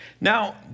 Now